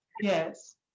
yes